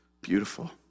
beautiful